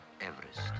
Everest